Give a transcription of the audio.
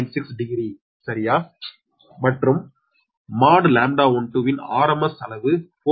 6 degree சரியா மற்றும் | λ12 | ன் RMS அளவு 4